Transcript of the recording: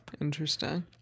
Interesting